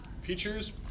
features